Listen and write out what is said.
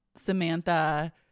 Samantha